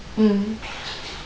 mm